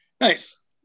Nice